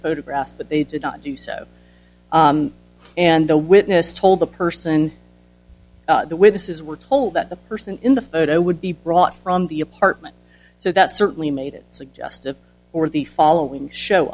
photographs but they did not do so and the witness told the person the witnesses were told that the person in the photo would be brought from the apartment so that certainly made it suggestive or the following show